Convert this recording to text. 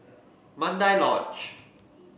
Mandai Lodge